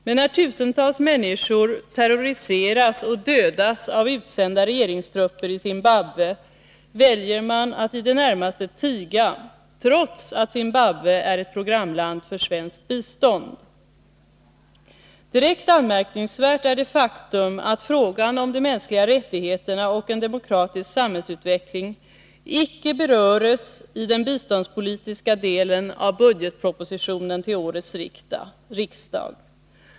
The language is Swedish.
Men när tusentals människor terroriseras och dödas av utsända regeringstrupper i Zimbabwe väljer man att i det närmaste tiga, trots att Zimbabwe är ett programland för svenskt bistånd. Direkt anmärkningsvärt är det faktum att frågan om de mänskliga rättigheterna och en demokratisk samhällsutveckling icke beröres i den biståndspolitiska delen av budgetpropositionen till årets riksdag.